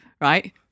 right